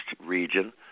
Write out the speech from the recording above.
region